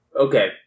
Okay